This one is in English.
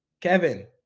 Kevin